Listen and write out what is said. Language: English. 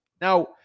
Now